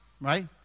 right